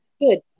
Good